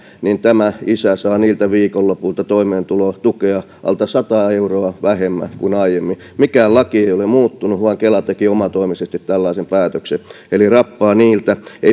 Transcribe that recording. tämä isä saa niiltä viikonlopuilta toimeentulotukea alta sata euroa vähemmän kuin aiemmin mikään laki ei ole muuttunut vaan kela teki omatoimisesti tällaisen päätöksen eli rappaa ei